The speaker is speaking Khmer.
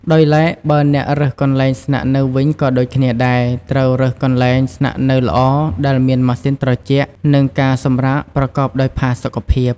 ដោយឡែកបើអ្នករើសកន្លែងស្នាក់នៅវិញក៏ដូចគ្នាដែរ ត្រូវរើសកន្លែងស្នាក់នៅល្អដែលមានម៉ាស៊ីនត្រជាក់ និងការសម្រាកប្រកបដោយផាសុកភាព។